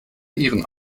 ihren